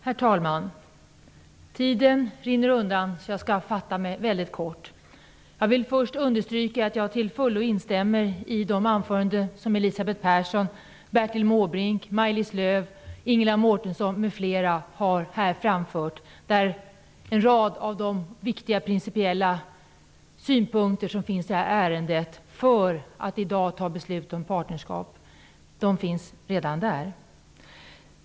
Herr talman! Tiden rinner undan, så jag skall fatta mig mycket kort. Jag vill först understryka att jag till fullo instämmer i de anföranden som Elisabeth Mårtensson m.fl. har framfört, där en rad av de viktiga principiella synpunkter som finns i det här ärendet för att i dag fatta beslut om partnerskap redan påtalats.